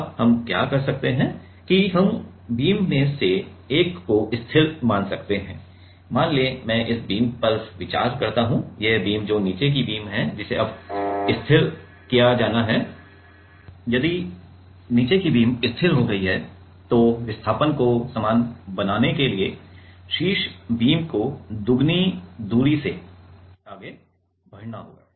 अब हम यहां क्या कर सकते हैं कि हम बीम में से एक को स्थिर मान सकते हैं मान लें कि मैं इन बीम पर विचार करता हूं ये बीम जो कि नीचे की बीम है जिसे अब स्थिर किया जाना है यदि नीचे की बीम स्थिर हो गई है तो विस्थापन को समान बनाने के लिए शीर्ष बीम को दुगनी दूरी से आगे बढ़ना होगा